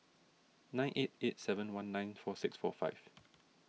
nine eight eight seven one nine four six four five